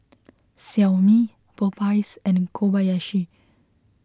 Xiaomi Popeyes and Kobayashi